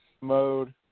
mode